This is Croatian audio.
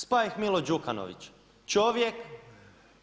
Spaja ih Milo Đukanović, čovjek